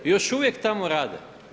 I još uvijek tamo rade.